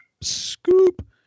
Scoop